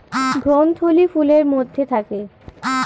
ভ্রূণথলি ফুলের মধ্যে থাকে